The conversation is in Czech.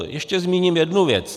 Ještě zmíním jednu věci.